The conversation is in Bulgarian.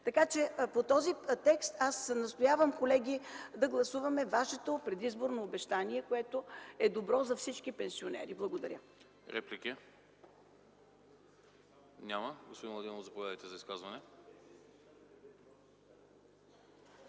Така че по този текст аз настоявам, колеги, да гласуваме вашето предизборно обещание, което е добро за всички пенсионери. Благодаря. ПРЕДСЕДАТЕЛ АНАСТАС АНАСТАСОВ: Реплики? Няма. Господин Младенов, заповядайте за изказване.